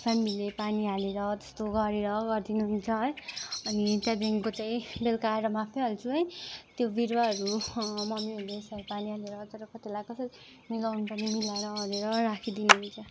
फ्यामेलीले पानी हालेर त्यस्तो गरेर गर्दिनु हुन्छ है अनि त्यहाँदेखिको चाहिँ बेलुका आएर म आफै हाल्छु है त्यो बिरुवाहरू ममीहरूले यसरी पानी हालेर चटक्क त्यसलाई कसरी मिलाउनु पर्ने मिलाएर राखिदिनु हुन्छ